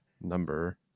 Number